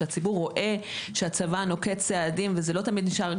כשהציבור רואה שהצבא נוקט צעדים וזה לא תמיד נשאר,